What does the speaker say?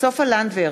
סופה לנדבר,